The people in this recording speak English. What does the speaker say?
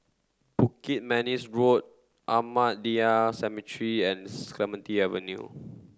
Bukit Manis Road Ahmadiyya Cemetery and Avenue